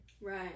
Right